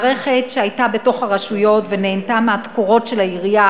מערכת שהייתה בתוך הרשויות ונהנתה מהתקורות של העירייה,